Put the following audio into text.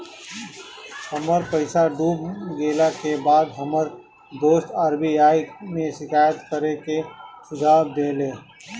हमर पईसा डूब गेला के बाद हमर दोस्त आर.बी.आई में शिकायत करे के सुझाव देहले